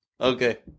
okay